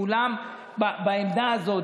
כולם בעמדה הזאת.